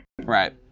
right